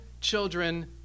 children